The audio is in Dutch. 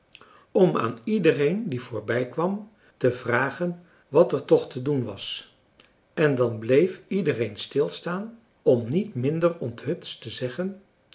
om aan iedereen die voorbijkwam te vragen wat er toch te doen was en dan bleef iedereen stilstaan om niet minder onthutst te zeggen